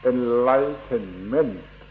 Enlightenment